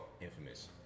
Infamous